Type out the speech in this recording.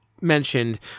mentioned